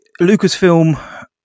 Lucasfilm